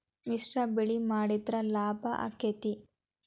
ಮಿಶ್ರ ಬೆಳಿ ಮಾಡಿದ್ರ ಲಾಭ ಆಕ್ಕೆತಿ?